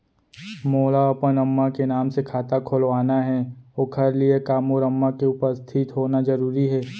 मोला अपन अम्मा के नाम से खाता खोलवाना हे ओखर लिए का मोर अम्मा के उपस्थित होना जरूरी हे?